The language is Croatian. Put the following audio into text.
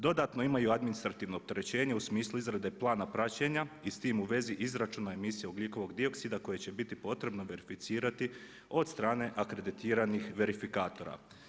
Dodatno imaju administrativno opterećenje u smislu izrade plana praćenja i s tim u vezi izračuna emisija ugljikovog dioksida koje će biti potrebno verificirati od strane akreditiranih verifikatora.